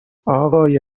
آقای